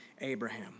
Abraham